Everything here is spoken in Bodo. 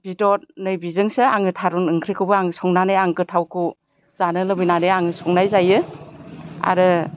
बिदद नै बिजोंसो आं थारुन ओंख्रिखौ आं संनानै आं गोथाव जानो लुबैनानै आं संनाय जायो आरो